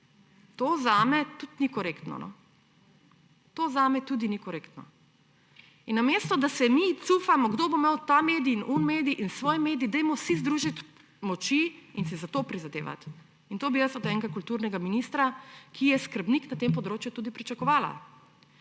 To zame tudi ni korektno. To zame tudi ni korektno. Namesto da se mi cufamo, kdo bo imel ta medij in tisti medij in svoj medij, dajmo vsi združiti moči in si za to prizadevati. To bi jaz od enega kulturnega ministra, ki je skrbnik na tem področju, tudi pričakovala.